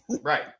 Right